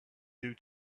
due